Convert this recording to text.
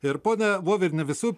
ir ponia voveriene visų